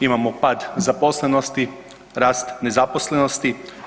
Imamo pad zaposlenosti, rast nezaposlenosti.